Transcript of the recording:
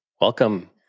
Welcome